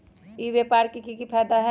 ई व्यापार के की की फायदा है?